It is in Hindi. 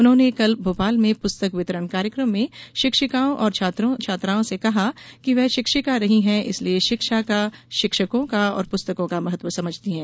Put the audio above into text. उन्होंने कल भोपाल में पुस्तक वितरण कार्यक्रम में शिक्षिकाओं और छात्राओं से कहा कि वह शिक्षिका रही हैं इसलिये शिक्षा का शिक्षकों का और पुस्तकों का महत्व समझती है